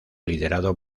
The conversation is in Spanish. liderado